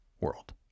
world